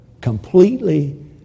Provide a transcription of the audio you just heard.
Completely